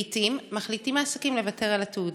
לעיתים מחליטים העסקים לוותר על התעודה,